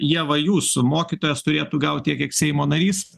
ievą jūsų mokytojas turėtų gauti tiek kiek seimo narys